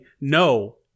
no